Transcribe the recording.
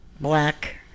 Black